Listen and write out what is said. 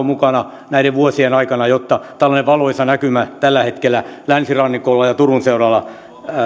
mukana näiden vuosien aikana jotta tällainen valoisa näkymä tällä hetkellä länsirannikolla ja turun seudulla